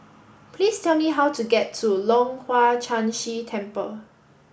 please tell me how to get to Leong Hwa Chan Si Temple